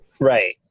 Right